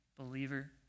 believer